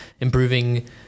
improving